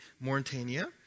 Mauritania